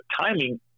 timing